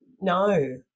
no